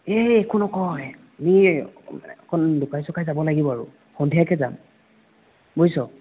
এই একো নকয় এই অকণ লুকাই চুকাই যাব লাগিব আৰু সন্ধিয়াকৈ যাম বুইছ